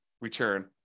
return